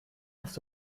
hast